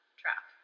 trap